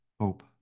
hope